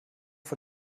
vor